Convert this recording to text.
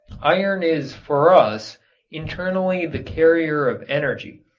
iron is for us internally the carrier of energy,